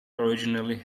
originally